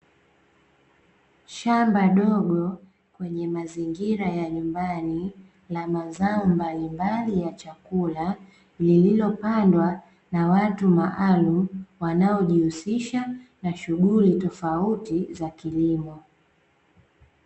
Shamba dogo, kwenye mazingira ya nyumbani la mazao mbalimbali ya chakula, lililopandwa na watu maalum